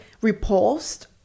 repulsed